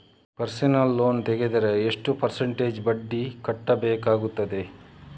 Personal loan ತೆಗೆದರೆ ಎಷ್ಟು percentage ಬಡ್ಡಿ ಕಟ್ಟಬೇಕಾಗುತ್ತದೆ?